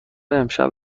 امشب